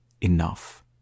enough